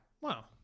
Wow